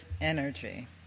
energy